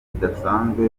bidasanzwe